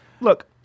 Look